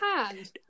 hand